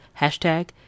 hashtag